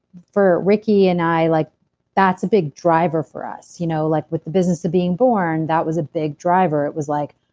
for ricki and i, like that's a big driver for us. you know like with the business of being born, that was a big driver. it was like,